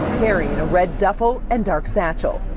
carrying a red duffle and dark satchel.